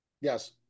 Yes